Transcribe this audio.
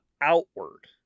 outward